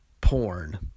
porn